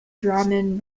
drammen